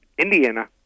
Indiana